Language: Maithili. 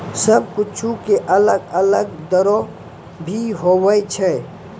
सब कुछु के अलग अलग दरो भी होवै छै